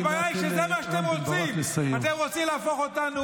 כשהרמטכ"ל ממנה אתה שותק.